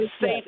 safe